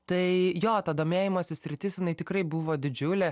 tai jo domėjimosi sritis jinai tikrai buvo didžiulė